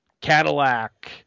Cadillac